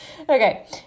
Okay